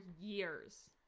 years